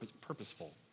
purposeful